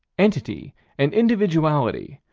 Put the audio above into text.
entity, and individuality,